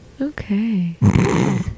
Okay